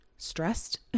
stressed